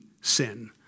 sin